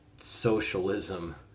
socialism